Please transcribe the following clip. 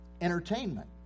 Entertainment